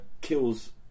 kills